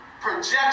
projection